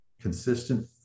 consistent